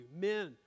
men